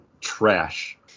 trash